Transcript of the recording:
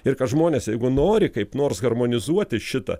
ir kad žmonės jeigu nori kaip nors harmonizuoti šitą